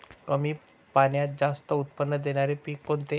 कमी पाण्यात जास्त उत्त्पन्न देणारे पीक कोणते?